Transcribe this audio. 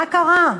מה קרה?